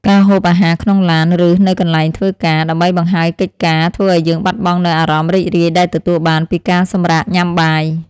ការហូបអាហារក្នុងឡាន ឬនៅកន្លែងធ្វើការ ដើម្បីបង្ហើយកិច្ចការធ្វើឲ្យយើងបាត់បង់នូវអារម្មណ៍រីករាយដែលទទួលបានពីការសម្រាកញ៉ាំបាយ។